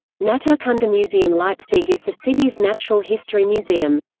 naturkundemuseum leipzig is the city's natural history museum.